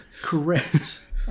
Correct